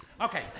Okay